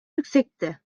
yüksekti